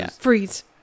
Freeze